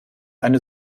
eine